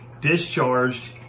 discharged